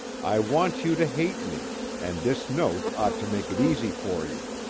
i want you to hate me and this note ought to make it easy for you.